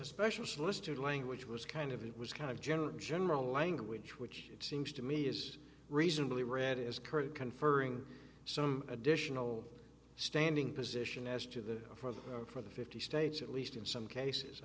a special solicitude language was kind of it was kind of general general language which it seems to me is reasonably read as current conferring some additional standing position as to the for the for the fifty states at least in some cases